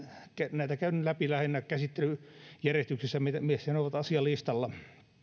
näitä käyn läpi lähinnä käsittelyjärjestyksessä missä ne ovat asialistalla